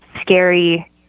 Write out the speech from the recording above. scary